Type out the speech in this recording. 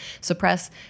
suppress